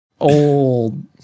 old